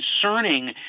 concerning